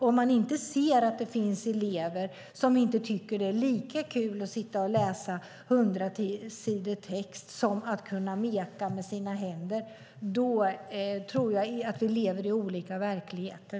Om man inte ser att det finns elever som inte tycker att det är lika kul att sitta och läsa 100 sidor text som att kunna meka med sina händer, då tror jag att vi lever i olika verkligheter.